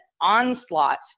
onslaught